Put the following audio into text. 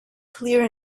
clear